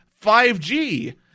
5G